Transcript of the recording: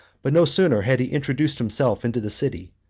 but no sooner had he introduced himself into the city,